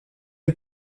est